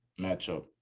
matchup